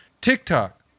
TikTok